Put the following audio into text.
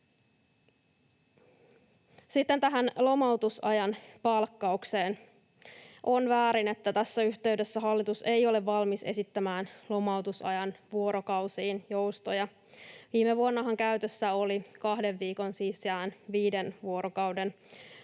lomautusajan palkkaukseen. On väärin, että tässä yhteydessä hallitus ei ole valmis esittämään lomautusajan vuorokausiin joustoja. Viime vuonnahan käytössä oli kahden viikon sijaan viiden vuorokauden